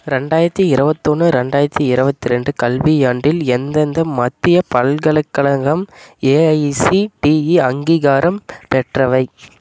ரெண்டாயிரத்தி இருபத்தொன்னு ரெண்டாயிரத்தி இருபத்ரெண்டு கல்வியாண்டில் எந்தெந்த மத்தியப் பல்கலைக்கழகம் ஏஐசிடிஇ அங்கீகாரம் பெற்றவை